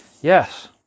Yes